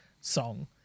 song